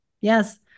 yes